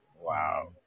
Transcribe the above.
Wow